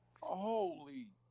holy